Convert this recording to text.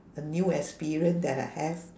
a new experience that I have